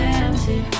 empty